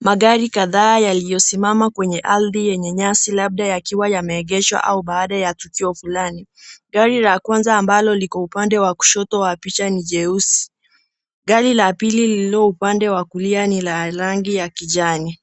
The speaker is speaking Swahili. Magari kadhaa yaliyosimama kwenye ardhi yenye nyasi, labda yakiwa yameegeshwa au baada ya tukio fulani. Gari la kwanza ambalo liko upande wa kushoto wa picha ni jeusi. Gari la pili lililo upande wa kulia ni la rangi ya kijani.